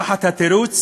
בתירוץ